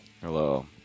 Hello